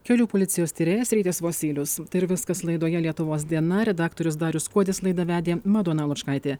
kelių policijos tyrėjas rytis vosylius tai ir viskas laidoje lietuvos diena redaktorius darius kuodis laidą vedė madona lučkaitė